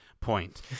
point